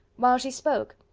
while she spoke,